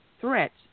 threats